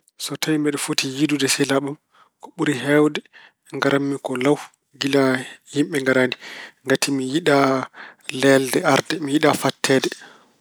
So tawi mbeɗa foti yiydude e sehilaaɓe am ko ɓuri heewde ngaratmi ko law, gilaa yimɓe ngaraani. Ngati mi yiɗaa leeyde arde. Mi yiɗaa fatteede.